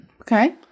Okay